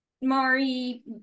mari